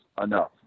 enough